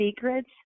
secrets